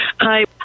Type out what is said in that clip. Hi